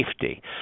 safety